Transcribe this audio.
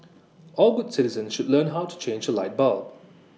all good citizens should learn how to change A light bulb